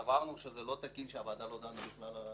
סברנו שזה לא תקין שהוועדה לא דנה בכלל על החוק.